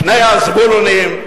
שני הזבולונים,